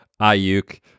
Ayuk